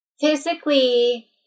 physically